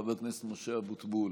חבר הכנסת משה אבוטבול,